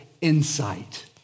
insight